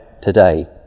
today